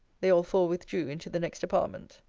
they all four withdrew into the next apartment.